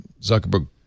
Zuckerberg